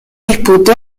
disputó